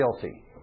guilty